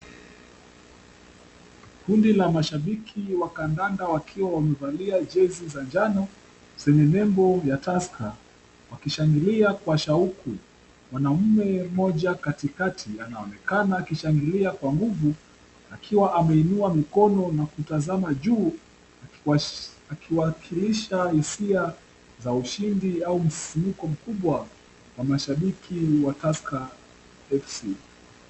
Kundi la mashabiki wa kandanda wakiwa wamevalia jezi za njano zenye nembo ya Tusker wakishangilia kwa shauku. Mwanamume mmoja katikati anaonekana akishangilia kwa nguvu akiwa ameinua mikono na kutazama juu akiwakilisha hisia za ushindi au msisimko mkubwa wa mashabiki wa Tusker FC.